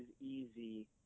easy